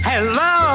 Hello